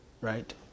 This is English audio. Right